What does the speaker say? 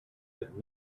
had